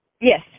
Yes